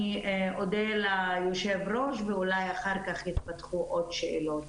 אני אודה ליו"ר ואולי אחר כך יתפתחו עוד שאלות.